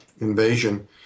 invasion